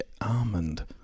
almond